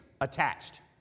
attached